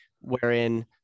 wherein